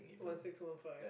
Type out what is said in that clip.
one six one five